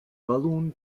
balloon